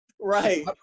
Right